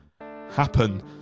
happen